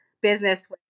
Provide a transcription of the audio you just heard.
business